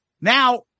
Now